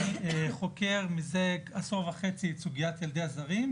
אני חוקר מזה עשור וחצי את סוגיית ילדי הזרים,